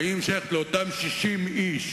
האם היא שייכת לאותם 60 איש